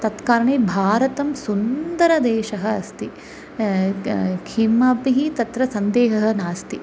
तत्कारणे भारतं सुन्दरदेशः अस्ति क् किमपि तत्र सन्देहः नास्ति